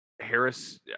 Harris